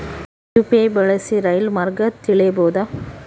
UPI ಬಳಸಿ ರೈಲು ಮಾರ್ಗ ತಿಳೇಬೋದ?